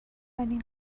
اولین